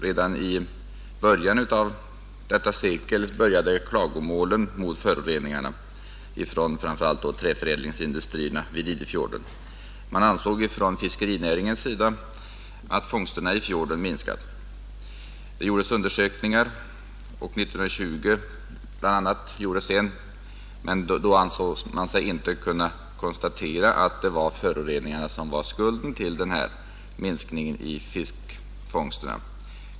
Redan i början av detta sekel började klagomålen mot de föroreningar som orsakades framför allt av träförädlingsindustrierna vid Idefjorden. Inom fiskerinäringen ansåg man att fångsterna i fjorden hade minskat. Undersökningar som gjordes bl.a. 1920 kunde dock inte bevisa att det var föroreningarna som var skulden till minskningen av fiskefångsterna.